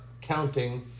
counting